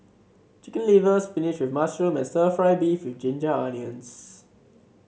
Chicken Liver spinach with mushroom and stir fry beef with Ginger Onions